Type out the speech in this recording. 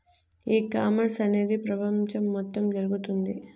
e commerce అనేది ప్రపంచం మొత్తం జరుగుతోంది